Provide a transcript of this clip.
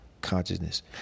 consciousness